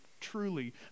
truly